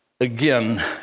again